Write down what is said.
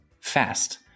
fast